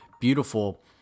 beautiful